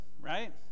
right